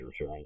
right